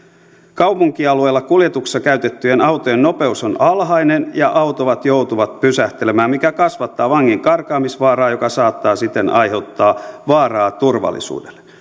kaupunkialueella kuljetuksessa käytettyjen autojen nopeus on alhainen ja autot joutuvat pysähtelemään mikä kasvattaa vangin karkaamisvaaraa joka saattaa siten aiheuttaa vaaraa turvallisuudelle